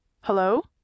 Hello